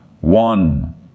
One